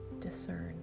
discern